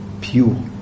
pure